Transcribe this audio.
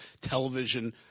television